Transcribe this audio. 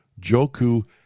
Joku